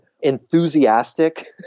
enthusiastic